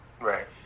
Right